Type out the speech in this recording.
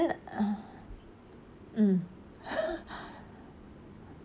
mm